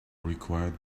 required